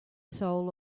soul